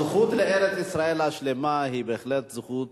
הזכות לארץ-ישראל השלמה היא זכות